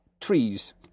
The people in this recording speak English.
Trees